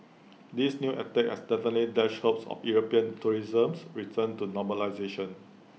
this new attack has definitely dashed hopes of european tourism's return to normalisation